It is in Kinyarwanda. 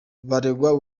bararegwa